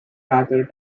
rather